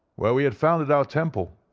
where we had founded our temple.